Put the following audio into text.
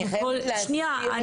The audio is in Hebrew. אני חייבת להסביר את הקטע --- שנייה,